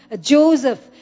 joseph